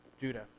Judah